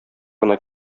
гына